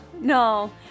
no